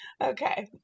Okay